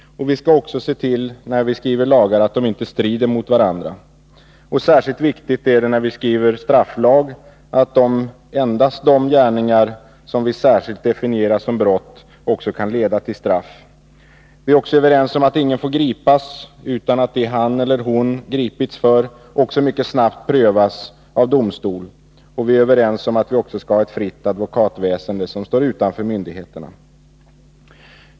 När vi skriver lagar skall vi också se till att de inte strider mot varandra. Särskilt viktigt är det när vi skriver strafflag att endast de gärningar vi särskilt definierar som brott också kan leda till straff. Vi är också överens om att ingen får gripas utan att det han eller hon gripits för också mycket snabbt prövas av domstol. Vi är också överens om att vi skall ha ett fritt advokatväsende som står utanför myndigheterna.